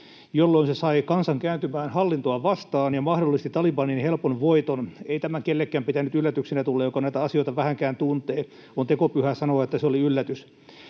jolloin se sai kansan kääntymään hallintoa vastaan ja mahdollisti Talibanin helpon voiton. Ei tämän pitänyt yllätyksenä tulla kenellekään, joka näitä asioita vähänkään tuntee. On tekopyhää sanoa, että se oli yllätys.